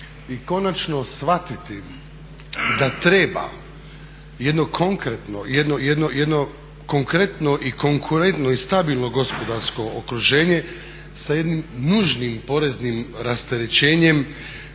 i konačno shvatiti da treba jedno konkretno, jedno konkurentno i stabilno gospodarsko okruženje sa jednim nužnim poreznim rasterećenjem